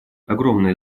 огромное